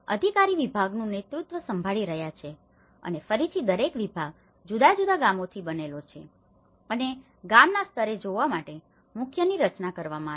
અધિકારી વિભાગનું નેતૃત્વ સંભાળી રહ્યા છે અને ફરીથી દરેક વિભાગ જુદા જુદા ગામોથી બનેલો છે અને ગામના સ્તરે જોવા માટે મુખ્યની રચના કરવામાં આવી છે